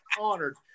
honored